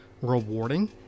rewarding